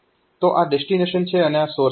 તો આ ડેસ્ટીનેશન છે અને આ સોર્સ છે